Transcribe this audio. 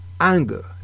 anger